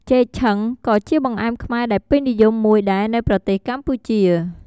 ចេកឆឹង ក៏ជាបង្អែមខ្មែរដែលពេញនិយមមួយដែរនៅប្រទេសកម្ពុជា។